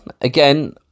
again